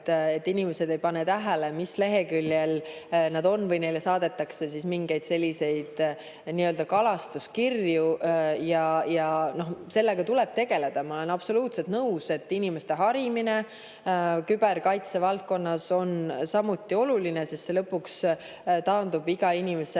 et inimesed ei pane tähele, mis leheküljel nad on, või neile saadetakse mingeid selliseid nii-öelda kalastuskirju. Sellega tuleb tegeleda. Ma olen absoluutselt nõus, et inimeste harimine küberkaitse valdkonnas on samuti oluline, sest see lõpuks taandub iga inimese